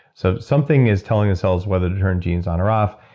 so something is telling the cells whether to turn genes on or off,